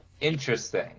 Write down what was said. interesting